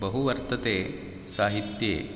बहु वर्तते साहित्ये